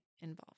involved